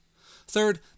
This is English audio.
Third